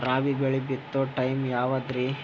ರಾಬಿ ಬೆಳಿ ಬಿತ್ತೋ ಟೈಮ್ ಯಾವದ್ರಿ?